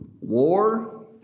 War